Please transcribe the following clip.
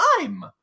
time